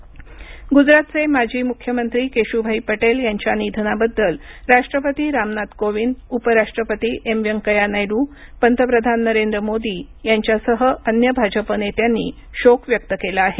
निधन गुजरातचे माजी मुख्यमंत्री केशुभाई पटेल याच्या निधनाबद्दल राष्ट्रपती रामनाथ कोविंद उपराष्ट्रपती एम व्यंकय्या नायडू पंतप्रधान नरेंद्र मोदी यांच्यासह अन्य भाजप नेत्यांनी शोक व्यक्त केला आहे